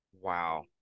Wow